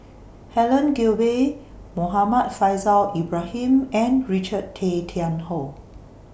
Helen Gilbey Muhammad Faishal Ibrahim and Richard Tay Tian Hoe